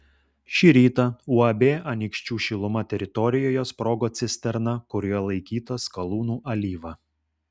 šį rytą uab anykščių šiluma teritorijoje sprogo cisterna kurioje laikyta skalūnų alyva